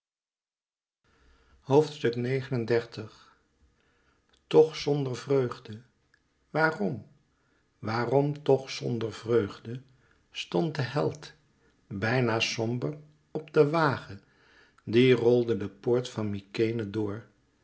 xxxix toch zonder vreugde waarom waarom tch zonder vreugde stond de held bijna somber op den wagen die rolde de poort van mykenæ door